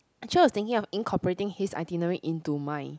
actually I was thinking of incorporating his itinerary into mine